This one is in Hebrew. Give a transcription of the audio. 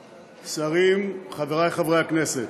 שרים, חברי חברי הכנסת,